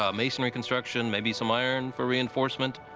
um masonry construction, maybe some iron for reinforcement